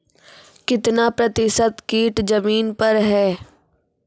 कितना प्रतिसत कीट जमीन पर हैं?